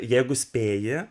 jeigu spėji